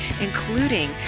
including